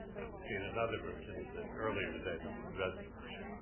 and we've seen another version of this earlier today, this is the dresden version.